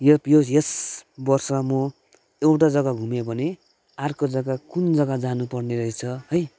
यो यो यस वर्ष म एउटा जग्गा घुमेँ भने अर्को जग्गा कुन जग्गा जानु पर्ने रहेछ है